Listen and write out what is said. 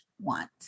want